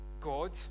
God